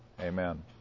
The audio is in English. Amen